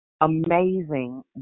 amazing